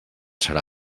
serà